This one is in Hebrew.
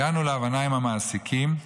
הגענו להבנה עם המעסיקים,